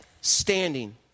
standing